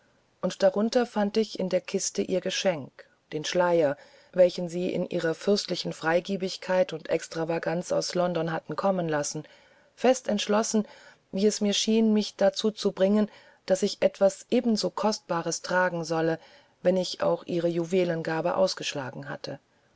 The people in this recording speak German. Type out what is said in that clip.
und darunter fand ich in der kiste ihr geschenk den schleier welchen sie in ihrer fürstlichen freigebigkeit und extravaganz aus london hatten kommen lassen fest entschlossen wie es mir schien mich dazu zu bringen daß ich etwas ebenso kostbares tragen solle wenn ich auch ihre juwelengabe ausgeschlagen hatte